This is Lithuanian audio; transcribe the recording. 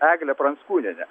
eglę pranckūnienę